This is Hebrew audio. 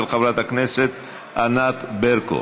של חברת הכנסת ענת ברקו.